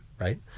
Right